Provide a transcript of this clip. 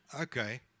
Okay